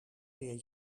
leer